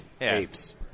Apes